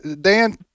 Dan